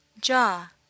jaw